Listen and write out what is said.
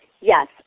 Yes